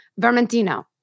Vermentino